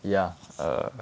ya err